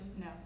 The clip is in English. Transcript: no